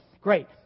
Great